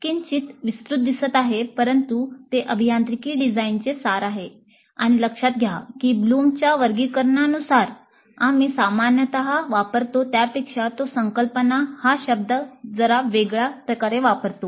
किंचित विस्तृत दिसत आहे परंतु ते अभियांत्रिकी डिझाइनचे सार आहे आणि लक्षात घ्या की ब्लूमच्या वर्गीकरणानुसारBloom's Taxonomy आम्ही सामान्यतः वापरतो त्यापेक्षा तो संकल्पना हा शब्द जरा वेगळ्या प्रकारे वापरतो